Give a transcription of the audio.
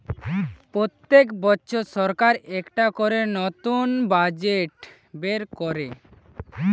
পোত্তেক বছর সরকার একটা করে নতুন বাজেট বের কোরে